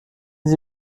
sie